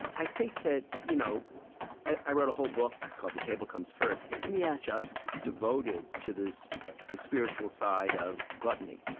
i think that you know i wrote a whole book called the table comes first that was yeah just devoted to the spiritual side of gluttony.